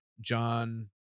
john